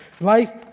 Life